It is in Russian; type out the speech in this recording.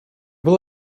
был